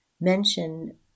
mention